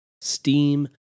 steam